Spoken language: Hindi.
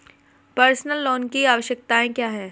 पर्सनल लोन की आवश्यकताएं क्या हैं?